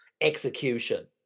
execution